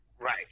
Right